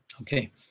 Okay